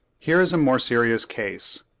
here is a more curious case.